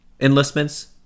Enlistments